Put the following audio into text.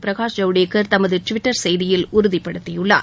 பிரகாஷ் ஜவடேகர் தமது ட்விட்டர் செய்தியில் உறுதிப்படுத்தியுள்ளார்